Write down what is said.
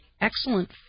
excellent